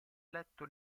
eletto